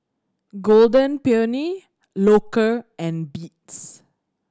Golden Peony Loacker and Beats